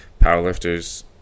Powerlifters